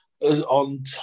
on